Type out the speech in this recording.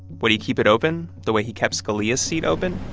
would he keep it open the way he kept scalia's seat open?